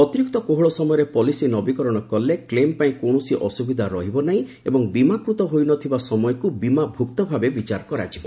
ଅତିରିକ୍ତ କୋହଳ ସମୟରେ ପଲିସି ନବୀକରଣ କଲେ କ୍ଲେମ ପାଇଁ କୌଣସି ଅସୁବିଧା ରହିବ ନାହିଁ ଏବଂ ବୀମାକୃତ ହୋଇନଥିବା ସମୟକୁ ବୀମାଭୁକ୍ତ ଭାବେ ବିଚାର କରାଯିବ